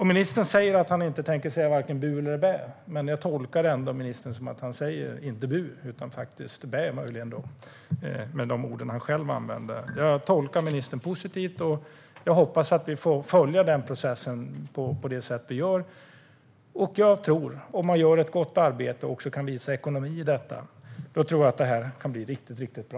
Ministern säger att han varken tänker säga bu eller bä, men jag tolkar ändå ministerns svar som att han inte säger bu utan faktiskt möjligen bä, som var de ord han själv använde. Jag tolkar ministern positivt, och jag hoppas att vi får följa den här processen på det sätt vi gör. Jag tror att om man gör ett gott arbete och också kan visa ekonomi i detta kan det här bli riktigt bra.